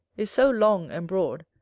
is so long and broad,